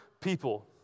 people